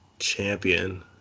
champion